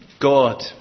God